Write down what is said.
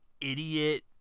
idiot